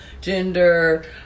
Gender